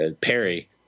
Perry